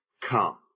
come